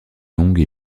longue